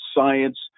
science